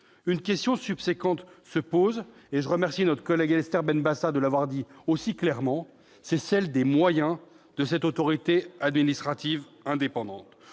une question subséquente se pose néanmoins- je remercie notre collègue Esther Benbassa de l'avoir dit aussi clairement -: celle des moyens de cette autorité administrative indépendante.